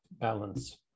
balance